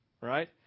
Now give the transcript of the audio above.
right